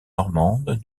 normande